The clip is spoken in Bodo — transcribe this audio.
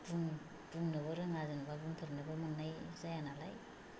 बुंनोबो रोङा जेनेबा बुंफेरनोबो मोननाय जाया नालाय